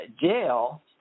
jail